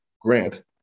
grant